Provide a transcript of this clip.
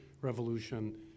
revolution